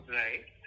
right